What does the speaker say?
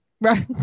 Right